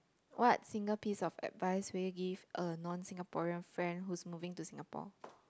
what single piece of advice will you give a non Singaporean friend who's moving into Singapore